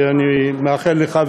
ואני מאחל לך,